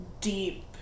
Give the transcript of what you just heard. deep